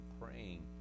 praying